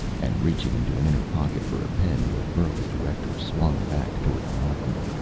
and, reaching into an inner pocket for a pen, the burly director swung back toward martin.